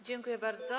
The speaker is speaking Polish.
Dziękuję bardzo.